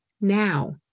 now